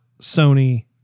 Sony